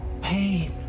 pain